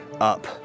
up